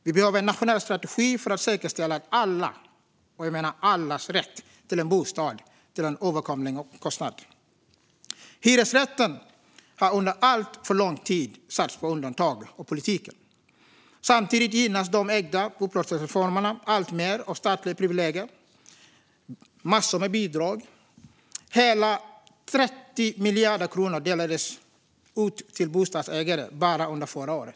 Vi behöver en nationell strategi för att säkerställa allas rätt till en bostad till en överkomlig kostnad. Hyresrätten har under alltför lång tid satts på undantag av politiken. Samtidigt gynnas de ägda upplåtelseformerna alltmer av statliga privilegier - massor av bidrag. Hela 30 miljarder kronor delades ut till bostadsägare bara under förra året.